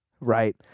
right